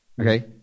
okay